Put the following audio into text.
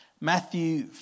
Matthew